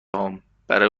هام، برای